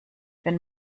wenn